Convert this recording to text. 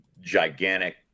gigantic